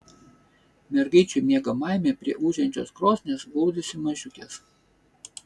mergaičių miegamajame prie ūžiančios krosnies glaudėsi mažiukės